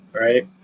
Right